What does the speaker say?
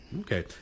okay